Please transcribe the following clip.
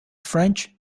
french